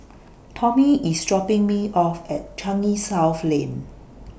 Tommy IS dropping Me off At Changi South Lane